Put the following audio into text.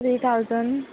three thousand